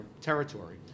territory